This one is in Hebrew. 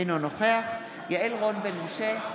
אינו נוכח יעל רון בן משה,